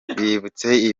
bibutse